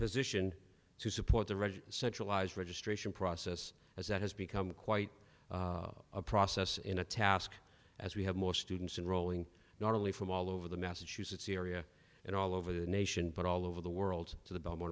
position to support the red centralised registration process as that has become quite a process in a task as we have more students enrolling not only from all over the massachusetts area and all over the nation but all over the world to the